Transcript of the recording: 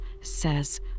says